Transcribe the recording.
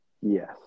Yes